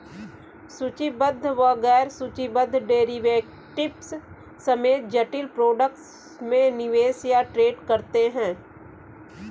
सूचीबद्ध व गैर सूचीबद्ध डेरिवेटिव्स समेत जटिल प्रोडक्ट में निवेश या ट्रेड करते हैं